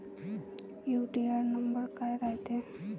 UTR number काय रायते?